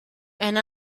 and